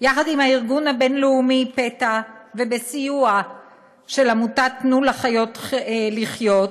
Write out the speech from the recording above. יחד עם הארגון הבין-לאומי PETA ובסיוע של עמותת "תנו לחיות לחיות",